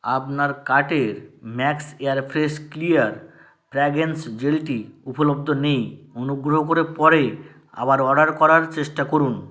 আপনার কার্টের max air fresh clear fragrance জেলটি উপলব্ধ নেই অনুগ্রহ করে পরে আবার অর্ডার করার চেষ্টা করুন